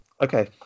Okay